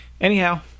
anyhow